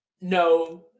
No